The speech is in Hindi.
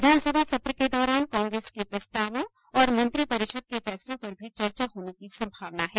विधानसभा सत्र के दौरान कांग्रेस के प्रस्तावों और मंत्रिपरिषद के फैसलों पर भी चर्चा होने की संभावना है